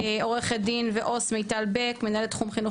עורכת דין ועו"ס מיטל בק מנהלת תחום חינוך